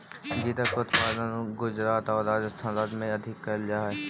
जीरा के उत्पादन गुजरात आउ राजस्थान राज्य में अधिक कैल जा हइ